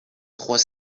trois